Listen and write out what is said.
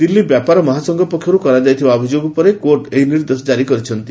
ଦିଲ୍ଲୀ ବ୍ୟାପାର ମହାସଂଘ ପକ୍ଷରୁ କରାଯାଇଥିବା ଅଭିଯୋଗ ଉପରେ କୋର୍ଟ ଏହି ନିର୍ଦ୍ଦେଶ ଜାରି କରିଛନ୍ତି